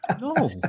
No